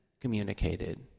communicated